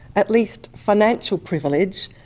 at least financial privilege,